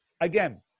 again